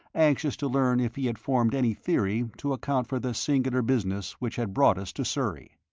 anxious to learn if he had formed any theory to account for the singular business which had brought us to surrey.